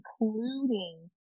including